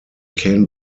can